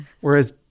Whereas